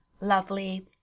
lovely